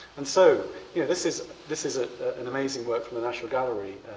and so yeah this is this is ah an amazing work from the national gallery